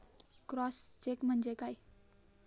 Cross check म्हणजे काय?